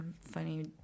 funny